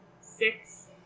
six